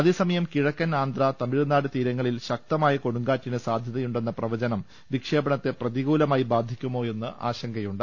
അതേസമയം കിഴക്കൻ ആന്ധ്ര തമിഴ്നാട് തീരങ്ങളിൽ ശക്തമായ കൊടുങ്കാറ്റിന് സാധ്യത യുണ്ടെന്ന പ്രവചനം വിക്ഷേപണത്തെ പ്രതികൂലമായി ബാധിക്കുമോ എന്ന ആശങ്കയുണ്ട്